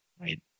Right